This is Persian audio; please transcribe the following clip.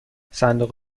صندوق